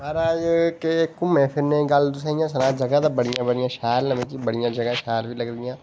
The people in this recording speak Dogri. म्हाराज केह् घुमने फिरने दी गल्ल तुसेंगी इं'या सनांऽ जगहा ते बड़ियां बड़ियां शैल न मिगी बड़ियां जगहां शैल बी लगदियां